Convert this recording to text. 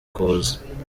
kuza